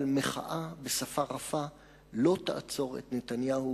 אבל מחאה בשפה רפה לא תעצור את נתניהו